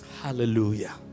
Hallelujah